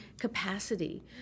capacity